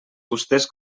fusters